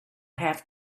have